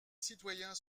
citoyens